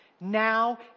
now